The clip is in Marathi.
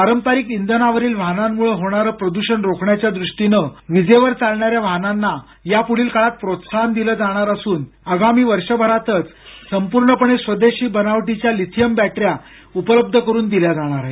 पारपरिक इंधनावरील वाहनांमुळं होणार प्रदृषण रोखण्याच्या दृष्टीनं विजेवर चालणाऱ्या वाहनांना यापुढील काळात प्रोत्साहन दिलं जाणार असून त्यासाठी आगामी वर्षात संपूर्णपणे स्वदेशी बनावटीच्या लिथियम बॅटऱ्या उपलब्ध करून दिल्या जाणार आहेत